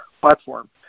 platform